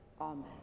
amen